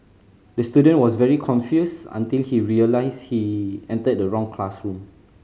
the student was very confused until he realised he entered the wrong classroom